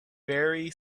very